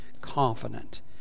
confident